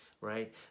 right